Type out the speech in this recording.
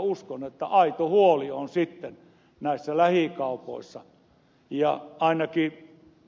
uskon että aito huoli on sitten näissä lähikaupoissa